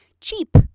cheap